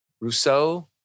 Rousseau